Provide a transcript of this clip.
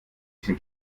sind